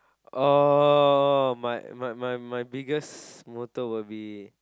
oh my my my my biggest motto will be